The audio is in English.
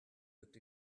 looked